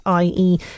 ie